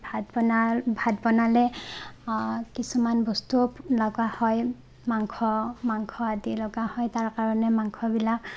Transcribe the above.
ভাত বনাওঁ ভাত বনালে কিছুমান বস্তু লগা হয় মাংস মাংস আদি লগা হয় তাৰ কাৰণে মাংসবিলাক